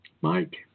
Mike